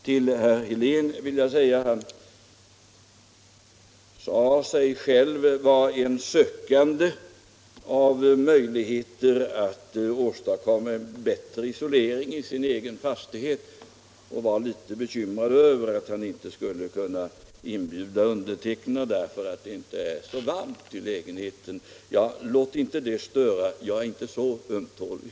Herr Helén sade att han sökte efter bättre möjligheter att åstadkomma en bättre isolering i sin egen fastighet. Han var litet bekymrad över att han inte skulle kunna inbjuda mig därför att det inte är så varmt i lägenheten. Låt inte det störa — jag är inte så ömtålig!